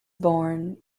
born